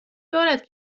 دارد